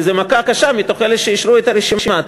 כי זה מכה קשה מתוך אלה שאישרו את הרשימה.